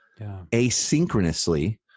asynchronously